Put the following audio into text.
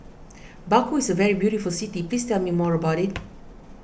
Baku is a very beautiful city please tell me more about it